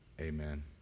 amen